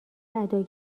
ادا